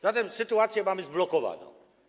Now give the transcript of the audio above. Zatem sytuację mamy zblokowaną.